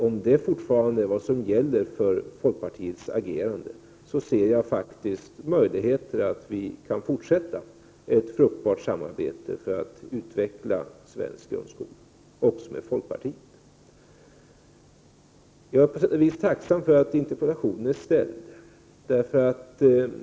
Om det fortfarande är vad som gäller för folkpartiets agerande, ser jag faktiskt möjligheter att vi kan fortsätta ett fruktbart samarbete även med folkpartiet för att utveckla svensk grundskola. Jag är på sätt och vis tacksam för att interpellationen har ställts.